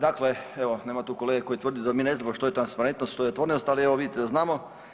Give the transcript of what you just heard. Dakle, evo nema tu kolege koji tvrdi da mi ne znamo što je transparentnost, što je otvorenost ali evo vidite da znamo.